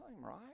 right